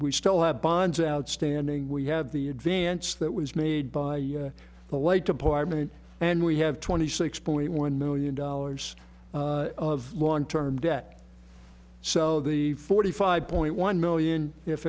to still have bonds outstanding we have the advance that was made by the lake department and we have twenty six point one million dollars of long term debt so the forty five point one million if